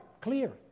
clear